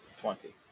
Twenty